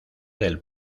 del